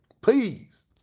please